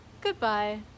goodbye